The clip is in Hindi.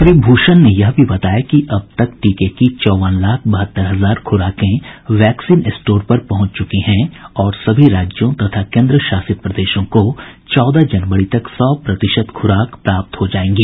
श्री भूषण ने यह भी बताया कि अब तक टीके की चौवन लाख बहत्तर हजार खुराकें वैक्सीन स्टोर पर पहुंच चुकी हैं और सभी राज्यों तथा केंद्र शासित प्रदेशों को चौदह जनवरी तक सौ प्रतिशत खुराक प्राप्त हो जाएंगी